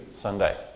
Sunday